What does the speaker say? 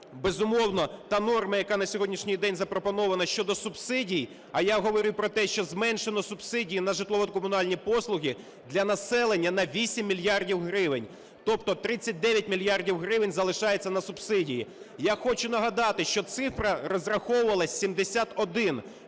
Безумовно, та норма, яка на сьогоднішній день запропонована щодо субсидій, а я говорю про те, що зменшено субсидії на житлово-комунальні послуги для населення на 8 мільярдів гривень, тобто 39 мільярдів гривень залишається на субсидії. Я хочу нагадати, що цифра розраховувалась 71.